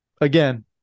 again